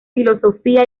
filosofía